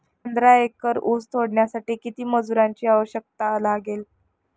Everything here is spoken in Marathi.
पंधरा एकर ऊस तोडण्यासाठी किती मजुरांची आवश्यकता लागेल?